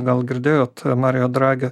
gal girdėjot mario dragė